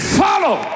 follow